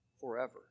forever